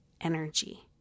energy